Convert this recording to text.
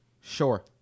Sure